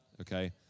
okay